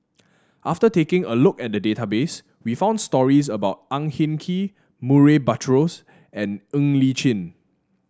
after taking a look at the database we found stories about Ang Hin Kee Murray Buttrose and Ng Li Chin